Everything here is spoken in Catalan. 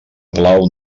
plau